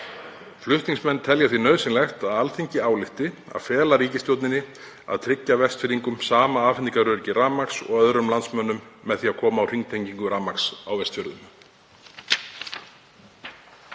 Flutningsmenn telja því nauðsynlegt að Alþingi álykti að fela ríkisstjórninni að tryggja Vestfirðingum sama afhendingaröryggi rafmagns og öðrum landsmönnum með því að koma á hringtengingu rafmagns á Vestfjörðum.